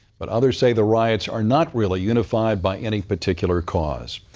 but others say the riots are not really unified by any particular cause.